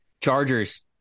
Chargers